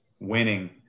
winning